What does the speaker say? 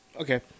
okay